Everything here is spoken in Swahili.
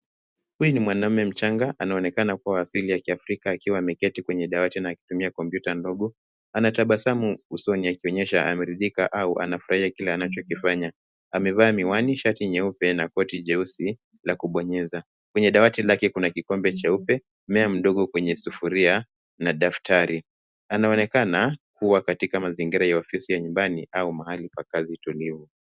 Huyu ni mwanaume mchanga anaonekana kua asili ya kiafrika akiwa ameketi kwenye dawati na kutumia kompyuta ndogo. Anatabasamu usoni akionyesha ameridhika ama amefurahia kile anachokifanya, amevaa miwani shati nyeupe na koti nyeusi la kubonyeza. Kwenye dawati lake kuna kikombe jeue, mmea mdogo kwenye sufuria na daftari. Anaonekana kua katika mazingira ya ofisi ya nyumbani au mahali pa kazi tulivu.